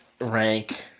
rank